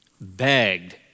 begged